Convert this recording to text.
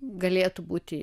galėtų būti